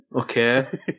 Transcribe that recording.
Okay